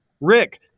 Rick